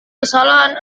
kesalahan